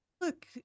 Look